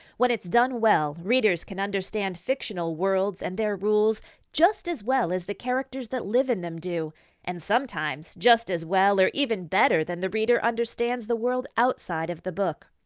when it's done well, readers can understand fictional worlds and their rules just as well as the characters that live in them do and sometimes, just as well or even better than the reader understands the world outside of the book.